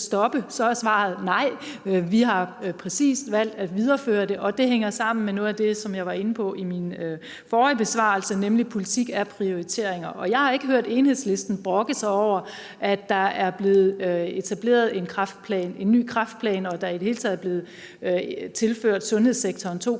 stopper, så er svaret nej. Vi har præcist valgt at videreføre det, og det hænger sammen med noget af det, som jeg var inde på i min forrige besvarelse, nemlig at politik er prioriteringer. Jeg har ikke hørt Enhedslisten brokke sig over, at der er blevet etableret en ny kræftplan, eller at der i det hele taget er blevet tilført sundhedssektoren